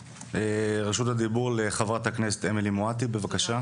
רשות הדיבור לחברת הכנסת אמילי מואטי, בבקשה.